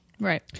Right